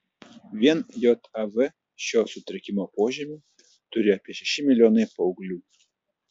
vien jav šio sutrikimo požymių turi apie šeši milijonai paauglių